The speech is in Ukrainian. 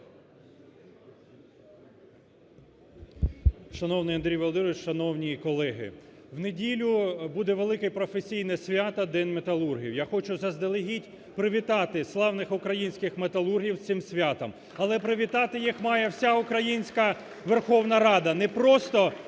Шановний Андрій Володимирович, шановні колеги, в неділю буде велике професійне свято День металургів. Я хочу заздалегідь привітати славних українських металургів з цим святом, але привітати їх має вся українська Верховна Рада,